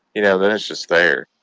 you know, then it's just there.